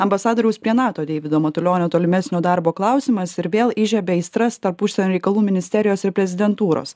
ambasadoriaus prie nato deivido matulionio tolimesnio darbo klausimas ir vėl įžiebė aistras tarp užsienio reikalų ministerijos ir prezidentūros